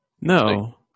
No